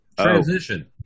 Transition